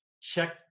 check